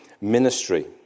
ministry